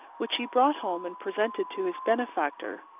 which he brought home and presented to his benefactor.